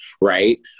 right